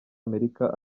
amerika